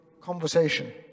conversation